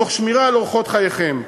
תוך שמירה על אורחות חייכם.